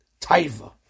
taiva